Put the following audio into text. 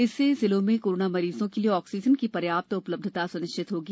इससे जिलों में कोरोना मरीजों के लिए ऑक्सीजन की पर्याप्त उपलब्धता सुनिश्चित होगी